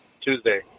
Tuesday